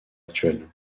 actuelle